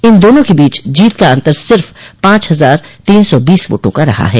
इन दोनों के बीच जीत का अंतर सिर्फ पांच हजार तीन सौ बीस वोटों का रहा है